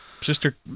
sister